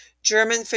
German